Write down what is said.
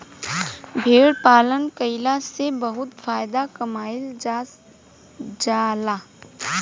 भेड़ पालन कईला से बहुत फायदा कमाईल जा जाला